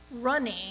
running